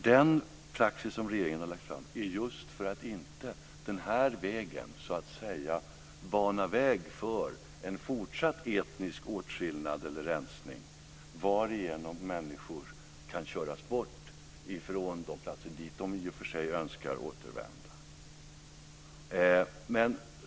Den praxis som regeringen har lagt fram är nämligen till just för att inte den här vägen bana väg för en fortsatt etnisk åtskillnad eller rensning, varigenom människor kan köras bort från de platser dit de i och för sig önskar återvända.